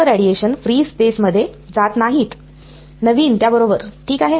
सर्व radiation free स्पेसमध्ये जात नाहीत नवीन त्या बरोबर ठीक आहे